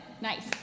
Nice